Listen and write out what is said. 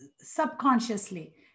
subconsciously